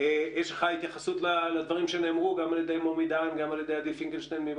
יש לך התייחסות לדברים שנאמרו על ידי מומי דהן ועל ידי עדי פינקלשטיין?